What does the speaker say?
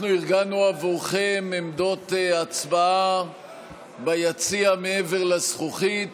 אנחנו ארגנו עבורכם עמדות הצבעה ביציע מעבר לזכוכית,